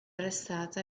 arrestata